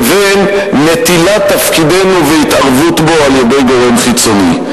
לבין נטילת תפקידנו והתערבות בו על-ידי גורם חיצוני.